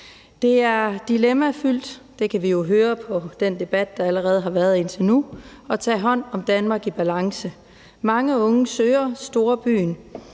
Det er dilemmafyldt – det kan vi jo høre på den debat, der allerede har været indtil nu – at tage hånd om et Danmark i balance. Mange unge søger storbyen,